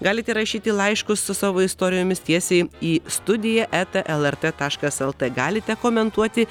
galite rašyti laiškus su savo istorijomis tiesiai į studiją eta lrt taškas lt galite komentuoti